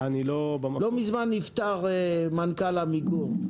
לא מזמן נפטר מנכ"ל עמיגור,